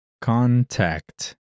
contact